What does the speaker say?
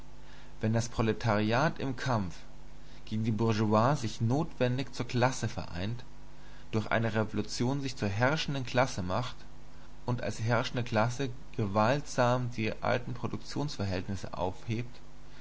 wenn das proletariat im kampfe gegen die bourgeoisie sich notwendig zur klasse vereint durch eine revolution sich zur herrschenden klasse macht und als herrschende klasse gewaltsam die alten produktionsverhältnisse aufhebt